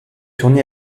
tourné